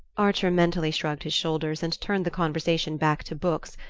archer mentally shrugged his shoulders and turned the conversation back to books,